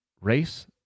race